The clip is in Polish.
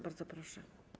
Bardzo proszę.